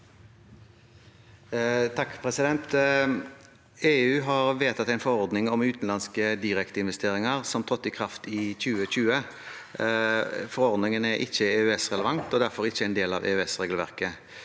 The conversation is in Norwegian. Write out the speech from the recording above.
(H) EU har vedtatt en forordning om utenlandske direkteinvesteringer som trådte i kraft i 2020. Forordningen er ikke EØS-relevant og er derfor ikke en del av EØS-regelverket.